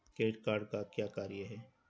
Credit card का क्या कार्य है?